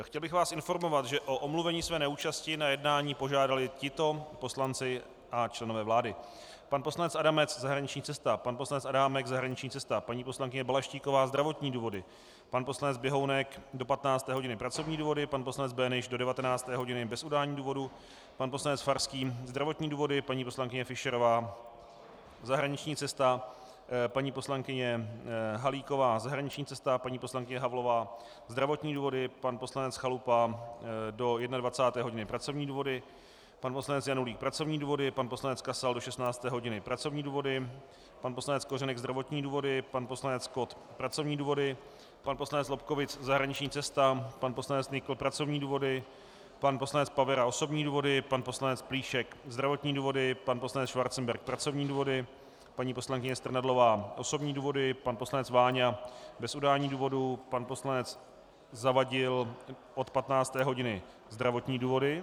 Chtěl bych vás informovat, že o omluvení své neúčasti na jednání požádali tito poslanci a členové vlády: pan poslanec Adamec zahraniční cesta, pan poslanec Adámek zahraniční cesta, paní poslankyně Balaštíková zdravotní důvody, pan poslanec Běhounek do 15. hodiny pracovní důvody, pan poslanec Böhnisch do 19. hodiny bez udání důvodu, pan poslanec Farský zdravotní důvody, paní poslankyně Fischerová zahraniční cesta, paní poslankyně Halíková zahraniční cesta, paní poslankyně Havlová zdravotní důvody, pan poslanec Chalupa do 21. hodiny pracovní důvody, pan poslanec Janulík pracovní důvody, pan poslanec Kasal do 16. hodiny pracovní důvody, pan poslanec Kořenek zdravotní důvody, pan poslanec Kott pracovní důvody, pan poslanec Lobkowicz zahraniční cesta, pan poslanec Nykl pracovní důvody, pan poslanec Pavera osobní důvody, pan poslanec Plíšek zdravotní důvody, pan poslanec Schwarzenberg pracovní důvody, paní poslankyně Strnadlová osobní důvody, pan poslanec Váňa bez udání důvodu, pan poslanec Zavadil od 15. hodiny zdravotní důvody.